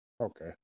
Okay